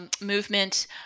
movement